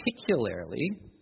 particularly